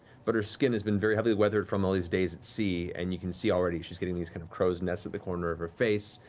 but her skin has been very heavily weathered from all these days at sea, and you can see already she's getting these kind of crows nests at the corners of her face,